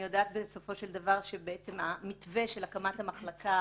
אני יודעת שבסופו של דבר המתווה של הקמת המחלקה,